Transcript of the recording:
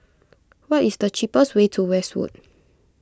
what is the cheapest way to Westwood